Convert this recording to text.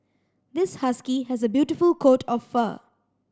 this husky has a beautiful coat of fur